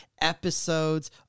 episodes